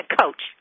Coach